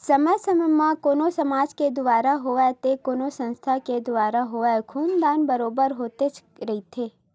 समे समे म कोनो समाज के दुवारा होवय ते कोनो संस्था के दुवारा होवय खून दान बरोबर होतेच रहिथे